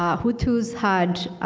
um hutu's had